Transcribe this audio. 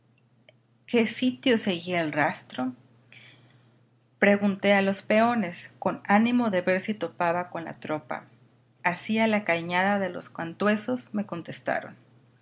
qué sitio seguía el rastro pregunté a los peones con ánimo de ver si topaba con la tropa hacía la cañada de los cantuesos me contestaron